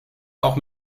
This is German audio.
auch